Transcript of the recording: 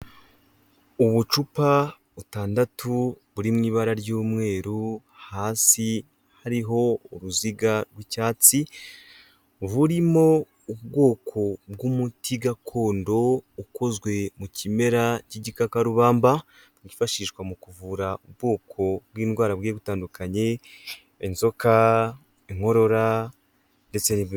Ubucupa butandatu buri mu ibara ry'umweru hasi hariho uruziga rw'icyatsi, burimo ubwoko bw'umuti gakondo ukozwe mu kimera cy'igikakarubamba bwifashishwa mu kuvura ubwoko bw'indwara bugiye butandukanye, inzoka, inkorora ndetse n'ibindi.